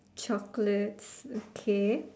chocolates okay